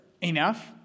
enough